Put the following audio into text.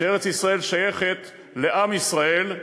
שארץ-ישראל שייכת לעם ישראל,